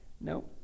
No